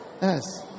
Yes